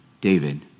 David